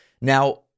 Now